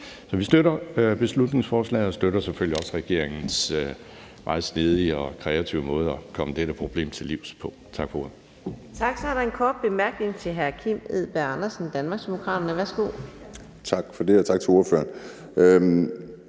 Så vi støtter beslutningsforslaget og støtter selvfølgelig også regeringens meget snedige og kreative måde at komme dette problem til livs på. Tak for ordet. Kl. 15:00 Anden næstformand (Karina Adsbøl): Tak. Så er der en kort bemærkning til hr. Kim Edberg Andersen, Danmarksdemokraterne. Værsgo Kl. 15:00 Kim Edberg